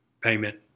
payment